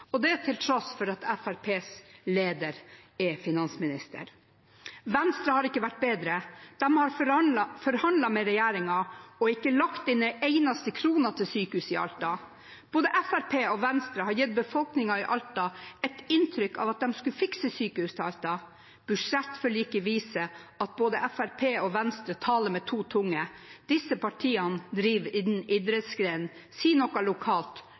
og det til tross for at Fremskrittspartiets leder er finansminister. Venstre har ikke vært bedre. De har forhandlet med regjeringen og ikke lagt inn en eneste krone til sykehus i Alta. Både Fremskrittspartiet og Venstre har gitt befolkningen i Alta et inntrykk av at de skulle fikse sykehus til Alta. Budsjettforliket viser at både Fremskrittspartiet og Venstre taler med to tunger. Disse partiene driver idrettsgrenen «si noe lokalt,